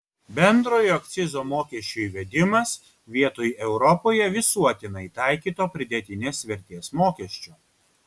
bendrojo akcizo mokesčio įvedimas vietoj europoje visuotinai taikyto pridėtinės vertės mokesčio